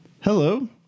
hello